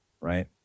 right